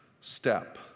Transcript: step